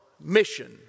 mission